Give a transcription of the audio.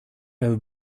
have